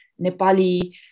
Nepali